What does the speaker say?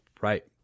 Right